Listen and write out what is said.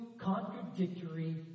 contradictory